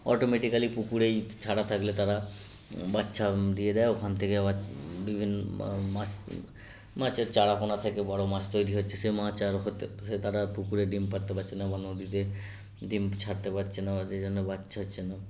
automatically পুকুরেই ছাড়া থাকলে তারা বাচ্চা দিয়ে দেয় ওখান থেকে আবার বিভিন্ন মাছ মাছের চারাপোনা থেকে বড় মাছ তৈরি হচ্ছে সে মাছ আর হতে সে তারা আর পুকুরে ডিম পাড়তে পারছে না বা নদীতে ডিম ছাড়তে পারছে না বা যে জন্য বাচ্চা হচ্ছে না